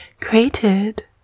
created